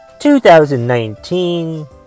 2019